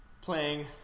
playing